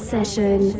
Session